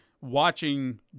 watching